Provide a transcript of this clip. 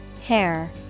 hair